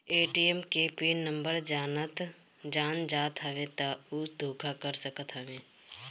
ATM के PIN number जान जात हवे तब उ धोखा कर सकत हवे